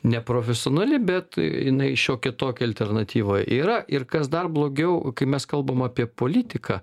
neprofesionali bet jinai šiokia tokia alternatyva yra ir kas dar blogiau kai mes kalbam apie politiką